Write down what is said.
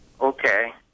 Okay